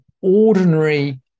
ordinary